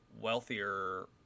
wealthier